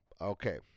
Okay